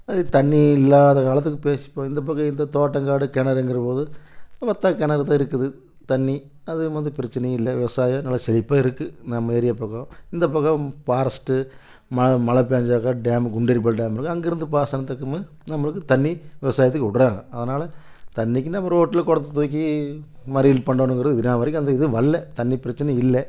அது தண்ணி இல்லாத காலத்துக்கு பேசிப்போம் இந்த பக்கம் இந்த தோட்டம் காடு கிணறுங்கிற போது ஒற்ற கிணறு தான் இருக்குது தண்ணி அது வந்து பிரச்சனை இல்லை விவசாயம் நல்லா செழிப்பாக இருக்கும் நம்ம ஏரியா பக்கம் இந்த பக்கம் பாரஸ்ட்டு ம மழை பேஞ்சாக்கால் டேம் குண்டேரிபள்ள டேம் இருக்கும் அங்கேருந்து பாசனத்துக்கும் நம்மளுக்கு தண்ணி விவசாயத்துக்கு விட்றாங்க அதனால் தண்ணிக்கு நம்ம ரோட்டில் குடத்த தூக்கி மறியல் பண்ணனுங்கிறது இது நாள் வரைக்கும் அந்த இது வரல தண்ணி பிரச்சனை இல்லை